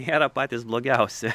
nėra patys blogiausi